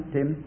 Tim